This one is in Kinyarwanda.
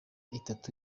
itatu